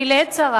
כי לעת צרה,